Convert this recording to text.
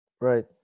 Right